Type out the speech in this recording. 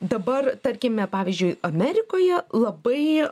dabar tarkime pavyzdžiui amerikoje labai